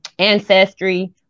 ancestry